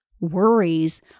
worries